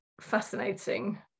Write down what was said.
fascinating